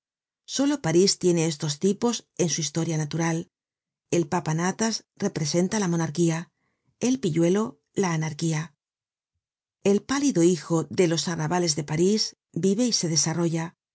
solo parís tiene estos tipos en su historia natural el papanatas representa la monarquía el pilludo la anarquía el pálido hijo de los arrabales de parís vive y se desarrolla